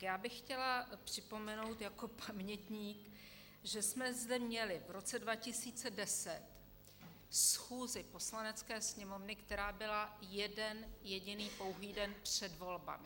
Já bych chtěla připomenout jako pamětník, že jsme zde měli v roce 2010 schůzi Poslanecké sněmovny, která byla jeden jediný pouhý den před volbami.